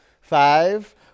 Five